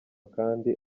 kandi